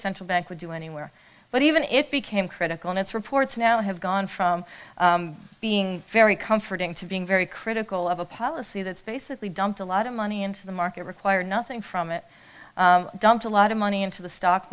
central bank would do anywhere but even if it became critical in its reports now have gone from being very comforting to being very critical of a policy that's basically dumped a lot of money into the market require nothing from it dumped a lot of money into the stock